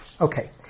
Okay